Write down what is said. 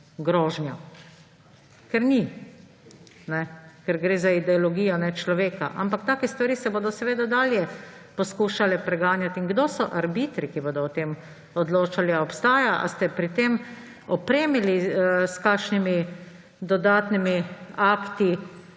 grožnja. Ker ni, ker gre za ideologijo, ne človeka, ampak take stvari se bodo dalje poskušale preganjati. Kdo so arbitri, ki bodo o tem odločali? Ali ste pri tem opremili s kakšnimi dodatnimi akti